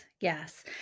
yes